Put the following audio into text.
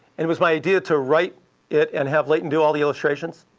it was my idea to write it and have leighton do all the illustrations.